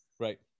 Right